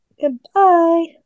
goodbye